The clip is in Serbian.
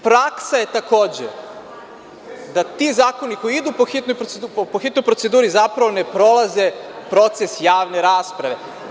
Praksa je takođe, da ti zakoni koji idu po hitnoj proceduri zapravo ne prolaze proces javne rasprave.